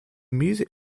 music